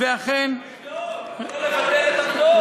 לבדוק, לא לבטל את הפטור.